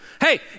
Hey